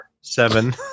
seven